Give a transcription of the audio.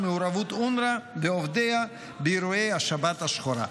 מעורבות אונר"א ועובדיה באירועי השבת השחורה.